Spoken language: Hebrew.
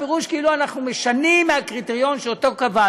הפירוש הוא כאילו אנחנו משנים מהקריטריון שקבענו.